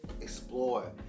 explore